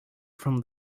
from